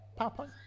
powerpoint